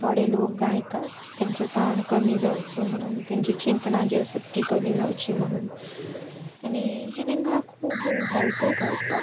थोडे लोक गायतात तेंचो ताण कमी जावचो म्हणून तेंची चिंतना जी आसा ती कमी जावची म्हणून आनी हे तेंकां खूब हेल्पूय करता